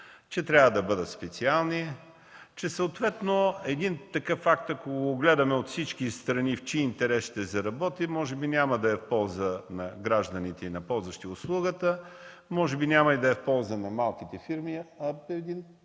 че трябва да бъдат специални. Един такъв акт, ако го гледаме от всички страни, в чий интерес ще заработи? Може би няма да е в полза на гражданите, на ползващите услугата. Може би няма да е в полза и на малките фирми. Честно